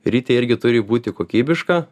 ritė irgi turi būti kokybiška